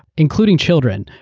including children,